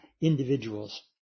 individuals